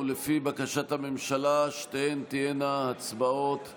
ולפי בקשת הממשלה שתיהן תהיינה הצבעות שמיות.